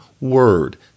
word